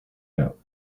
out